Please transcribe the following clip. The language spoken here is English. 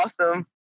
awesome